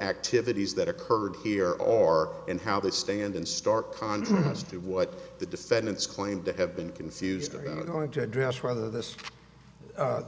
activities that occurred here are and how they stand in stark contrast to what the defendants claim to have been confused going to address whether this